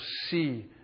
see